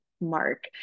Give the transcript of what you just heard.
Mark